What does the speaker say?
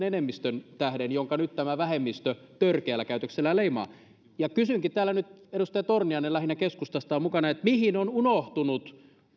enemmistön tähden jonka nyt tämä vähemmistö törkeällä käytöksellään leimaa ja kysynkin täällä nyt lähinnä edustaja torniainen keskustasta on mukana mihin ovat unohtuneet